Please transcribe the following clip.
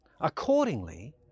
Accordingly